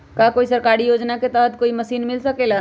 का कोई सरकारी योजना के तहत कोई मशीन मिल सकेला?